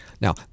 Now